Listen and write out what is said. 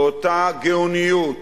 באותה גאוניות,